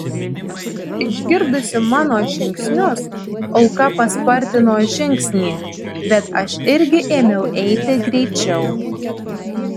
išgirdusi mano žingsnius auka paspartino žingsnį bet aš irgi ėmiau eiti greičiau